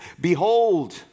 Behold